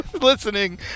listening